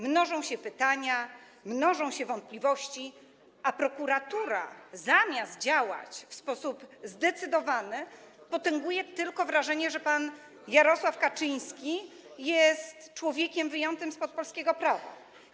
Mnożą się pytania, mnożą się wątpliwości, a prokuratura, zamiast działać w sposób zdecydowany, potęguje tylko wrażenie, że pan Jarosław Kaczyński jest człowiekiem wyjętym spod polskiego prawa.